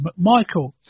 McMichael